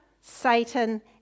Satan